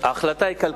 מה עם הצבא?